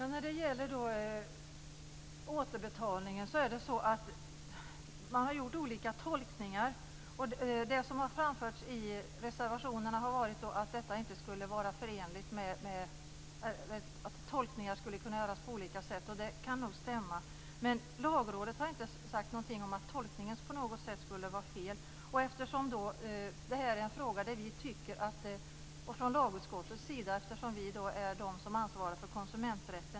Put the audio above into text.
Herr talman! Man har gjort olika tolkningar om frågan om återbetalning. Det som har framförts i reservationerna är att tolkningen skulle kunna göras på olika sätt. Det kan nog stämma. Lagrådet har inte sagt någonting om att tolkningen skulle vara fel. Lagutskottet ansvarar för konsumenträtten.